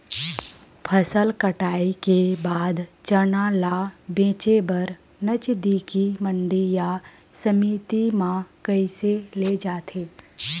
फसल कटाई के बाद चना ला बेचे बर नजदीकी मंडी या समिति मा कइसे ले जाथे?